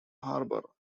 harbor